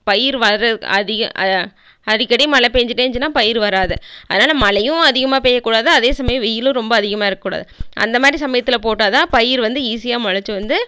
பயிர் வர அதிக அடிக்கடி மழை பேஞ்சிட்டே இருந்துச்சுனா பயிர் வராது அதனால் மழையும் அதிகமாக பெய்யக்கூடாது அதே சமயம் வெயிலும் ரொம்ப அதிகமாக இருக்கக்கூடாது அந்த மாரி சமயத்தில் போட்டா தான் பயிர் வந்து ஈசியாக முளச்சி வந்து